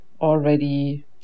already